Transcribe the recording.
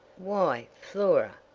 why, flora,